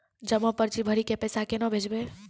जमा पर्ची भरी के पैसा केना भेजबे?